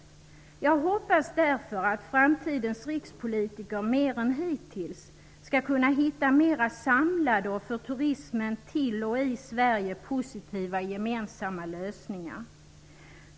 Jag hoppas därför att framtidens rikspolitiker mer än hittills skall kunna hitta mera samlade och för turismen till och i Sverige positiva gemensamma lösningar.